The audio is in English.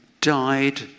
died